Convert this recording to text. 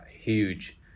huge